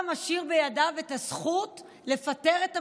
משאיר בידיו את הזכות לפטר את הממשלה,